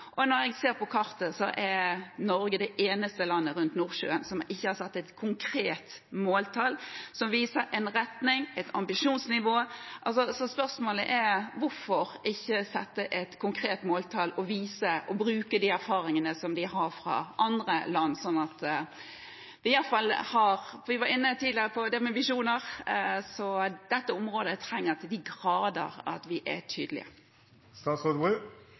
og når jeg ser på kartet, er Norge det eneste landet rundt Nordsjøen som ikke har satt et konkret måltall som viser en retning, et ambisjonsnivå. Spørsmålet er: Hvorfor ikke sette et konkret måltall og vise til og bruke de erfaringene man har fra andre land, sånn at vi, som vi tidligere var inne på, i alle fall har visjoner? Dette området trenger til de grader at vi er